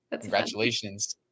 Congratulations